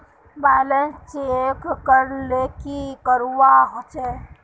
Balance check करले की करवा होचे?